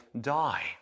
die